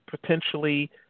potentially